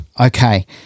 Okay